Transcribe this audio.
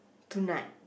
tonight